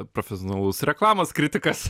profesionalus reklamos kritikas